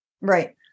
Right